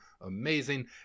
amazing